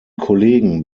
kollegen